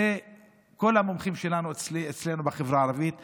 כל המומחים שלנו אצלנו בחברה הערבית אומרים,